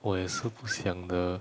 我也是不想的